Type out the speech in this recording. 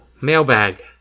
mailbag